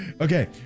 Okay